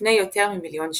לפני יותר ממיליון שנה,